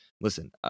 listen